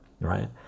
right